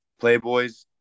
Playboys